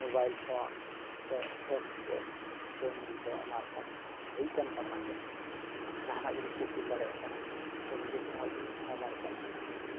mobile phone ᱥᱮ fax ᱛᱮ ᱥᱮ ᱢᱮᱞ ᱛᱮ ᱟᱭᱢᱟ ᱨᱚᱠᱚᱢ ᱦᱩᱭ ᱟᱠᱟᱱ ᱠᱟᱨᱚᱱᱛᱮ ᱡᱟᱦᱟᱱᱟᱜ ᱡᱤᱱᱤᱥ ᱠᱚ ᱠᱩᱞ ᱫᱟᱲᱮᱭᱟᱜ ᱠᱟᱱᱟ ᱥᱮ ᱱᱤᱡᱮ ᱴᱷᱮᱱ ᱦᱚᱸ ᱦᱤᱡᱩᱜ ᱠᱟᱱᱟ ᱟᱭᱢᱟ ᱨᱚᱠᱚᱢ